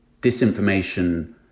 disinformation